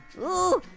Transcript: ooh,